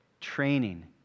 training